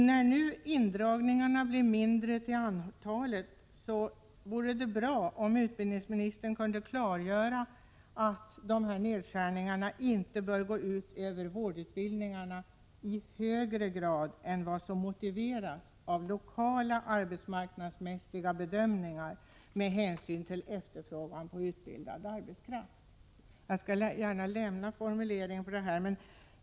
När nu indragningarna blir mindre till antalet vore det bra om utbildningsministern kunde klargöra att dessa nedskärningar inte bör gå ut över vårdutbildningarna i högre grad än vad som motiveras av lokala arbetsmarknadsmässiga förhållanden, med hänsyn till efterfrågan på utbildad arbetskraft.